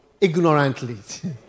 Ignorantly